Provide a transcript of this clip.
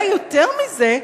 ויותר מזה,